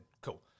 cool